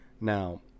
now